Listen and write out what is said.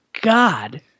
God